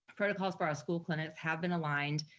protocols for our school clinics have been aligned,